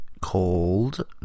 called